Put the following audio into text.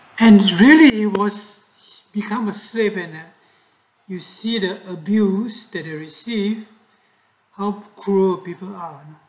and really was become a slip in it you cedar abuse theory see how cruel people on